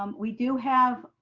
um we do have,